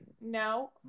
no